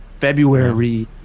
february